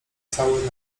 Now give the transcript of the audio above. cały